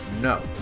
No